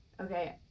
okay